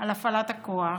על הפעלת הכוח,